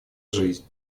жизнь